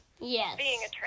Yes